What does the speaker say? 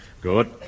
Good